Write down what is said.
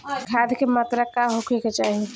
खाध के मात्रा का होखे के चाही?